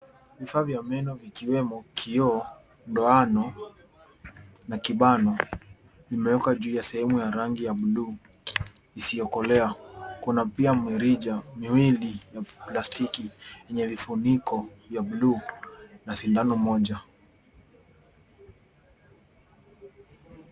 Vifaa vya meno vikiwemo kioo, ndoano na kibano vimewekwa juu ya sehemu ya rangi ya bluu isiyokolea. Kuna pia mirija miwili ya plastiki yenye vifuniko vya bluu na sindano moja.